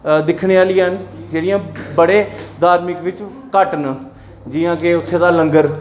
दिक्खने आह्लियां न जेह्ड़े बड़े धार्मिक बिच घट्ट न जि'यां कि उत्थै दा लंगर